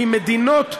אם מדינות זרות,